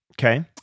Okay